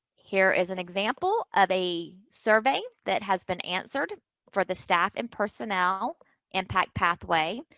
here is an example of a survey that has been answered for the staff and personnel impact pathway.